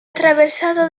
attraversato